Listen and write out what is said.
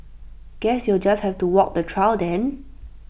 guess you'll just have to walk the trail then